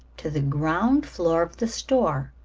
to the ground floor of the store.